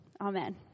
Amen